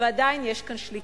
ועדיין יש כאן שליטה.